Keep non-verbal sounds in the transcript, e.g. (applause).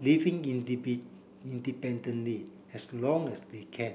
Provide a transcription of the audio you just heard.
living (unintelligible) independently as long as they can